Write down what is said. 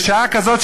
בשעה כזאת,